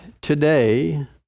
today